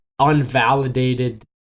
unvalidated